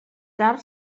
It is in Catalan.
tard